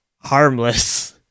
harmless